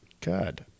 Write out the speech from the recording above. Good